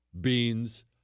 Beans